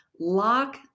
lock